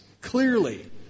clearly